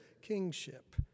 kingship